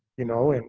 you know? and